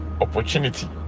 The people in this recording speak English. opportunity